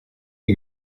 les